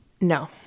No